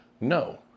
No